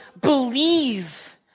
believe